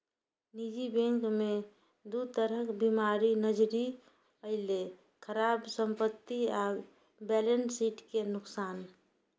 निजी बैंक मे दू तरह बीमारी नजरि अयलै, खराब संपत्ति आ बैलेंस शीट के नुकसान